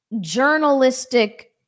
journalistic